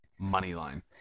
Moneyline